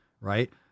right